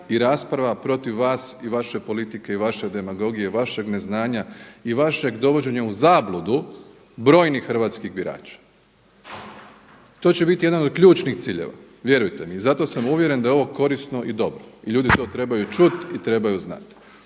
i rasprava protiv vas i vaše politike i vaše demagogije, vašeg neznanja i vašeg dovođenja u zabludu brojnih hrvatskih birača. To će biti jedan od ključnih ciljeva, vjerujte mi. I zato sam uvjeren da je ovo korisno i dobro i ljudi to trebaju čut i trebaju znat.